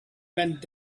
dead